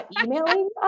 emailing